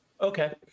Okay